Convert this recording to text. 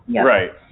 Right